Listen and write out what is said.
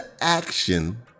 action